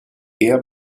eher